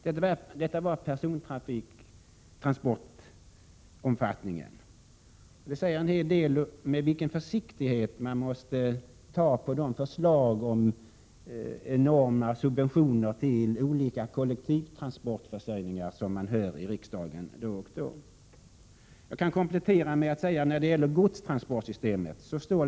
Dessa uppgifter gäller persontransporternas omfattning, och de säger en hel del om med vilken försiktighet man måste behandla de förslag till enorma subventioner till olika kollektiva transportmedel som då och då läggs fram i riksdagen. Jag tänker komplettera med att nämna några uppgifter beträffande godstransportsystemet.